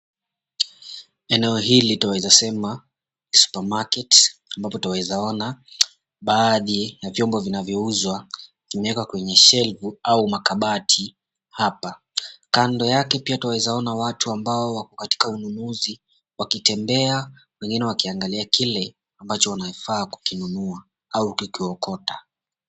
Eneo hili twaweza sema supermarket ambapo twaeza ona baadhi ya vyombo vinavyouzwa vimewekwa kwenye shelfu au makabati. Hapa kando yake pia twaeza ona watu ambao wako katika ununuzi wakitembea wengine wakiangalia kile ambacho wanafaa kukinunua au kukiokota.